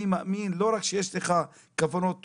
אני מאמין לא רק שיש לך כוונות טובות,